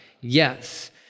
yes